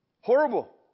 Horrible